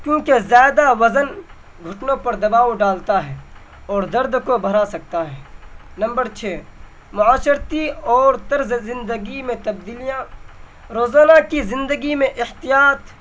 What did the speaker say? کیونکہ زیادہ وزن گھٹنوں پر دباؤ ڈالتا ہے اور درد کو بڑھا سکتا ہے نمبر چھ معاشرتی اور طرز زندگی میں تبدیلیاں روزانہ کی زندگی میں احتیاط